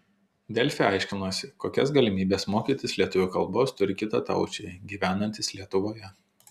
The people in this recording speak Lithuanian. delfi aiškinosi kokias galimybes mokytis lietuvių kalbos turi kitataučiai gyvenantys lietuvoje